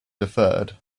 deferred